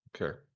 Okay